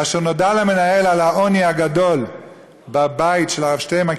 כאשר נודע למנהל על העוני הגדול בבית של הרב שטיינמן,